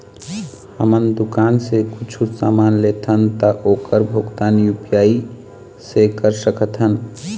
हमन दुकान से कुछू समान लेथन ता ओकर भुगतान यू.पी.आई से कर सकथन?